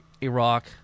Iraq